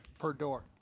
per door?